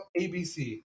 ABC